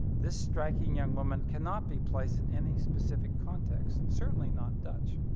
this striking young woman cannot be placed in any specific context, certainly not dutch.